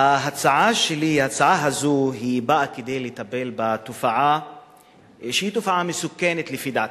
ההצעה הזאת באה כדי לטפל בתופעה מסוכנת, לפי דעתי,